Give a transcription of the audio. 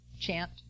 chant